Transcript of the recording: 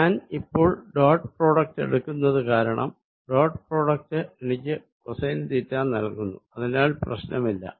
ഞാൻ ഇപ്പോൾ dot product എടുക്കുന്നത് കാരണം ഡോട്ട് പ്രോഡക്ട് എനിക്ക് കോസൈൻ തീറ്റ നൽകുന്നു അതിനാൽ പ്രശ്നമില്ല